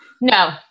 No